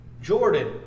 Jordan